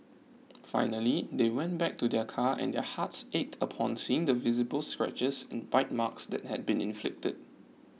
finally they went back to their car and their hearts ached upon seeing the visible scratches and bite marks that had been inflicted